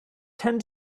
tend